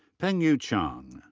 pengyu chang.